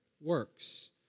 works